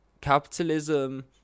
capitalism